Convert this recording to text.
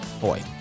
boy